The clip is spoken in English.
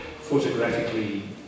photographically